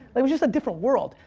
it was just a different world.